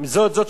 מי זאת?